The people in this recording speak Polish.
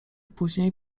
później